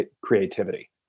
creativity